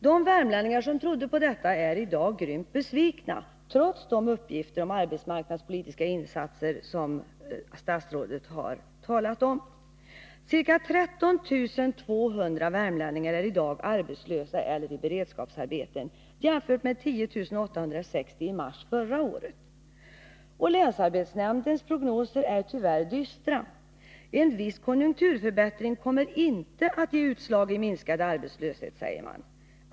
De värmlänningar som trodde på detta är nu grymt besvikna, trots de arbetsmarknadspolitiska insatser som arbetsmarknadsministern har lämnat uppgift om. Ca 13 200 värmlänningar är i dag arbetslösa eller i beredskapsarbete. Detta skall jämföras med 10 860 i mars förra året. Länsarbetsnämndens prognoser är tyvärr dystra. En viss konjunkturförbättring kommer inte att ge utslag i minskad arbetslöshet, säger man.